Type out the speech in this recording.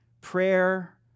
prayer